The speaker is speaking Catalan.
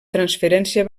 transferència